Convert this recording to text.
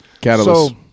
Catalyst